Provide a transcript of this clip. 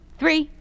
three